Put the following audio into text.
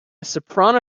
soprano